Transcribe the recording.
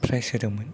prize होदोंमोन